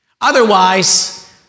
Otherwise